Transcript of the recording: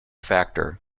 factor